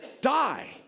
die